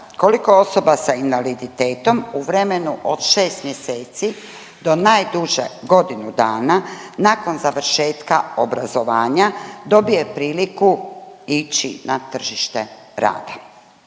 koliko osoba s invaliditetom u vremenu od šest mjeseci do najduže godinu dana nakon završetka obrazovanja dobije priliku ići na tržište rada?